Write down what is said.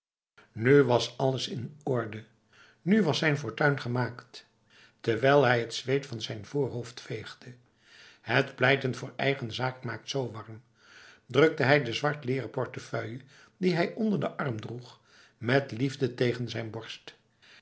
nu was alles in orde nu was zijn fortuin gemaakt terwijl hij het zweet van z'n voorhoofd veegde het pleiten voor eigen zaak maakt zo warm drukte hij de zwartleren portefeuille die hij onder de arm droeg met liefde tegen zijn borst